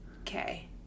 Okay